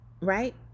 right